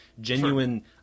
genuine